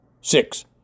six